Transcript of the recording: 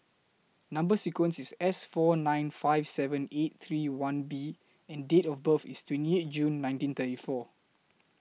Number sequence IS S four nine five seven eight three one B and Date of birth IS twenty eight June nineteen thirty four